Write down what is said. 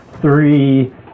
three